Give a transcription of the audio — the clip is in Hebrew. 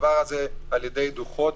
אדוני.